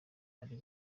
ari